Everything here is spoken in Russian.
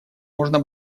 можно